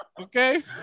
Okay